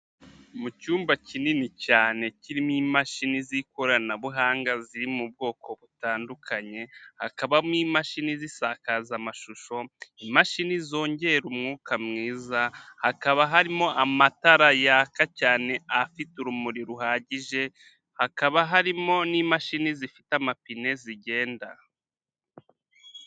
Mu cyumba kinini cyane, kirimo imashini z'ikoranabuhanga ziri mu bwoko butandukanye, hakabamo imashini z'isakazamashusho, imashini zongera umwuka mwiza, hakaba harimo amatara yaka cyane, afite urumuri ruhagije, hakaba harimo n'imashini zifite amapine zigenda.